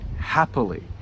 happily